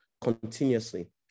continuously